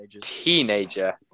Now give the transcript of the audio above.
teenager